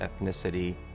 ethnicity